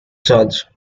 judge